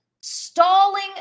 stalling